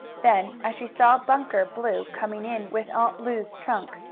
then, as she saw bunker blue coming in with aunt lu's trunk,